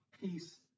peace